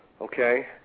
Okay